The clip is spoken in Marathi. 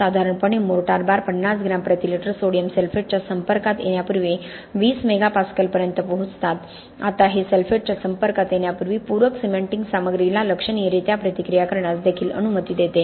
साधारणपणे मोर्टार बार 50 ग्रॅम प्रति लिटर सोडियम सल्फेटच्या संपर्कात येण्यापूर्वी 20 मेगा पास्कलपर्यंत पोहोचतात आता हे सल्फेटच्या संपर्कात येण्यापूर्वी पूरक सिमेंटिंग सामग्रीला लक्षणीयरीत्या प्रतिक्रिया करण्यास देखील अनुमती देते